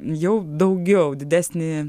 jau daugiau didesnį